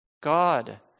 God